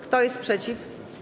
Kto jest przeciw?